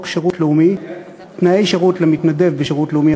שירות לאומי (תנאי שירות למתנדב בשירות לאומי),